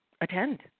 attend